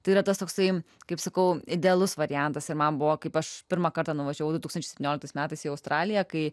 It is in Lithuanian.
tai yra tas toksai kaip sakau idealus variantas ir man buvo kaip aš pirmą kartą nuvažiavau du tukstantis septynioliktais metais į australiją kai